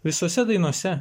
visose dainose